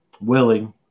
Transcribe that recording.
willing